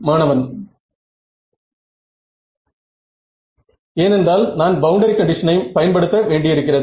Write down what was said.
மாணவன் ஏனென்றால் நான் பவுண்டரி கண்டிஷனை பயன்படுத்த வேண்டியிருக்கிறது